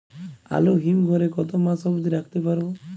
আলু হিম ঘরে কতো মাস অব্দি রাখতে পারবো?